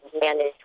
manage